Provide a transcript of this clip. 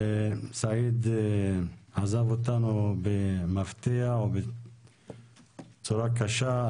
סעיד עזב אותנו במפתיע ובצורה קשה.